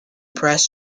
press